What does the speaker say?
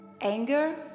anger